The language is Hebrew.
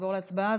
נעבור להצבעה.